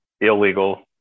illegal